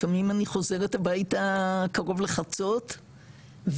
לפעמים אני חוזרת הביתה קרוב לחצות,